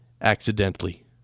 accidentally